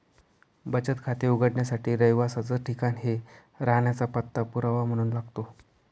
बचत खाते उघडण्यासाठी रहिवासाच ठिकाण हे राहण्याचा पत्ता पुरावा म्हणून लागतो